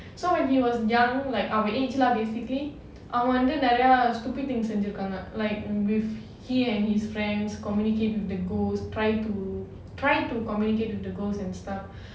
so when he was young like our age lah basically அவர் வந்து நெறய:avan vandhu neraya stupid things செஞ்சிருக்காங்க:senjirukaanga like with he and his friends communicate with the ghost try to try to communicate with the ghost and stuff